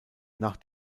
nach